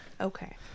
Okay